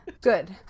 Good